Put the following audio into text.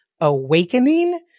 Awakening